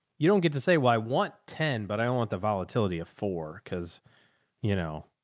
you don't get to say, well, i want ten, but i don't want the volatility of four. cause you know,